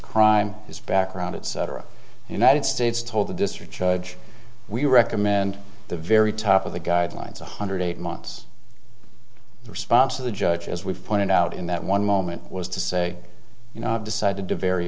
crime his background it's the united states told the district judge we recommend the very top of the guidelines one hundred eight months the response of the judge as we've pointed out in that one moment was to say you know i've decided to very